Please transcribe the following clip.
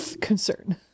Concern